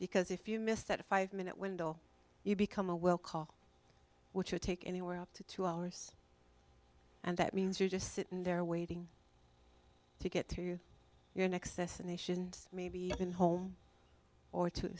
because if you miss that five minute window you become a well call what you take anywhere up to two hours and that means you're just sitting there waiting to get to you your next destination maybe even home or t